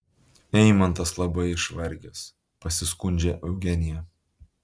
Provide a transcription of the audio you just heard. eimantas labai išvargęs pasiskundžia eugenija